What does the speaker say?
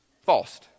False